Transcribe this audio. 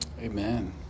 amen